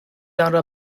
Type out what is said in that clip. آنرا